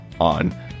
on